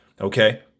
Okay